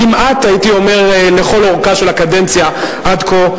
כמעט הייתי אומר לכל אורכה של הקדנציה עד כה.